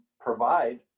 provide